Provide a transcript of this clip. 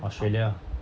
australlia ah